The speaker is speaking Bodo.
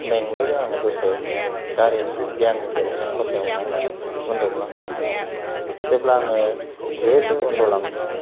मेंनायजों आङो दसे गारिनि जे आंनि जिरायनाय खथायावनो आङो उन्दुग्लांदों जेब्ला आङो दो दो उन्दुलांदों